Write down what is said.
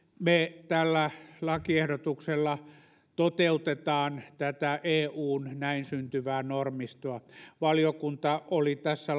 me tällä lakiehdotuksella toteutamme tätä eun näin syntyvää normistoa valiokunta oli tässä